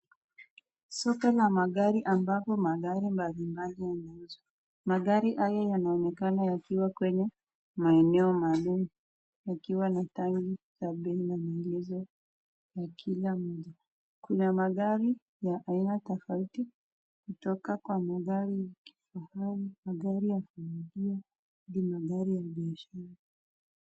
Soko la magari ambapo magari mbalimbali yanauzwa, magari haya yanaonekana yakiwa kwenye maeneo maalum yakiwa na tagi ya bei na maelezo ya kila moja, kuna magari ya aina tofati kutoka kwa magari ya kifahari, magari ya familia hadi magari ya biashara.